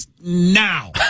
now